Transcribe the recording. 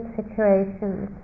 situations